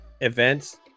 events